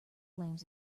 blames